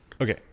Okay